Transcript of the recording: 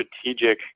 strategic